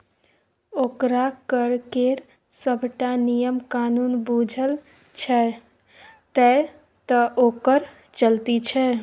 ओकरा कर केर सभटा नियम कानून बूझल छै तैं तँ ओकर चलती छै